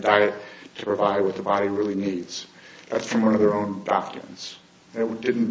diet to provide with the body really needs that from one of their own documents it didn't